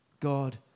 God